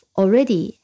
already